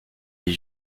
est